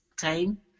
time